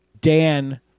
Dan